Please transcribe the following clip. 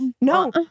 no